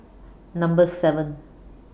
Number seven